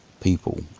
people